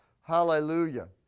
Hallelujah